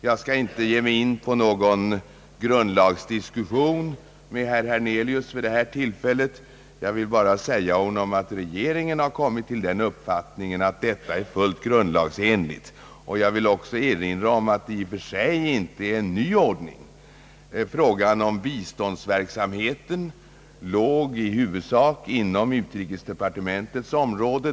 Jag skall inte ge mig in på någon grundlagsdiskussion med herr Hernelius vid detta tillfälle, utan vill bara säga honom att regeringen har kommit till den uppfattningen, att den här handlat fullt grundlagsenligt. Jag vill också erinra om att det i och för sig inte är någon ny ordning. Frågan om biståndsverksamheten låg i huvudsak inom utrikesdepartementets område.